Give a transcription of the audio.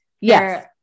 Yes